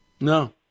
No